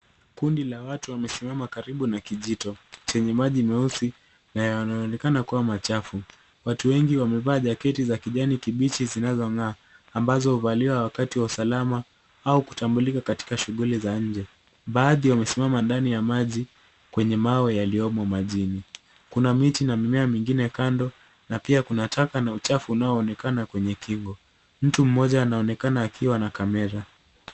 Kundi la watu wamesimama karibu na kijito chenye maji meusi na yanaonekana kuwa machafu. Watu wengi wamevaa jaketi za kijani kibichi zinazong'aa ambazo huvaliwa wakati wa usalama au kutambulika katika shughuli za nje. Baadhi wamesimama ndani ya maji kwenye mawe yaliyomo majini. Kuna miti na mimea mingine kando na pia kunataka na uchafu unaoonekana kwenye kingo. Mtu mmoja anaonekana akiwa na kamera.